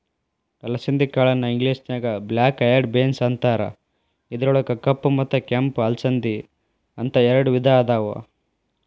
ಅಲಸಂದಿ ಕಾಳನ್ನ ಇಂಗ್ಲೇಷನ್ಯಾಗ ಬ್ಲ್ಯಾಕ್ ಐಯೆಡ್ ಬೇನ್ಸ್ ಅಂತಾರ, ಇದ್ರೊಳಗ ಕಪ್ಪ ಮತ್ತ ಕೆಂಪ ಅಲಸಂದಿ, ಅಂತ ಎರಡ್ ವಿಧಾ ಅದಾವ